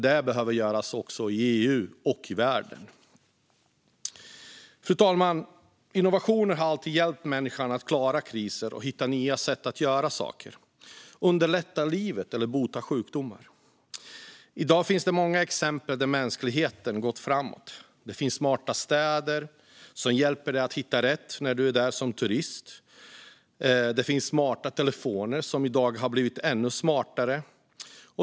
Detta behöver dock göras också i EU och i världen. Fru talman! Innovationer har alltid hjälpt människan att klara kriser, hitta nya sätt att göra saker, underlätta livet eller bota sjukdomar. I dag finns det många exempel på att mänskligheten gått framåt. Det finns smarta städer som hjälper en att hitta rätt när man är där som turist. Det finns smarta telefoner, som i dag har blivit ännu smartare.